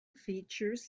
features